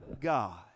God